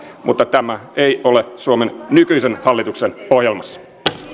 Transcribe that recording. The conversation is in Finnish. mutta tämä ei ole suomen nykyisen hallituksen ohjelmassa no niin